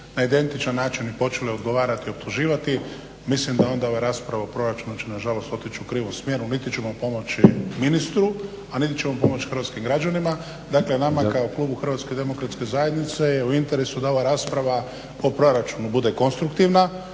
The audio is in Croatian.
na identičan način počeli odgovarati i optuživati. Mislim da onda ova rasprava o proračunu će nažalost otići u krivom smjeru. Niti ćemo pomoći ministru a niti ćemo pomoć hrvatskim građanima. Dakle nama je kao Klubu HDZ-a u interesu da ova rasprava o proračunu bude konstruktivna,